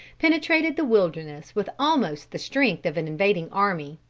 penetrated the wilderness with almost the strength of an invading army.